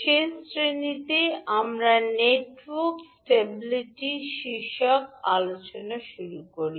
শেষ শ্রেণিতে আমরা নেটওয়ার্ক স্টেবিলিটি শীর্ষক আলোচনা শুরু করি